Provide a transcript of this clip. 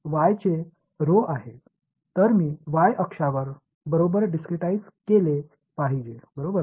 तर मी y अक्षा बरोबर डिस्क्रिटाईझ केले पाहिजे बरोबर